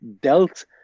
dealt